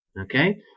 okay